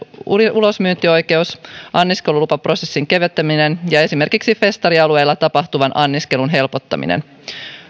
ulosmyyntioikeus anniskelulupaprosessin keventäminen ja esimerkiksi festarialueilla tapahtuvan anniskelun helpottaminen